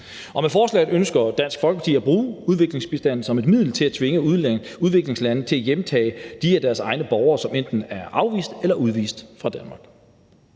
Og med forslaget ønsker Dansk Folkeparti at bruge udviklingsbistanden som et middel til at tvinge udviklingslande til at hjemtage de af deres egne borgere, som enten er afvist eller udvist fra Danmark.